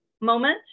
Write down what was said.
moment